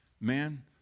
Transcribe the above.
Man